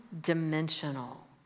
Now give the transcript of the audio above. dimensional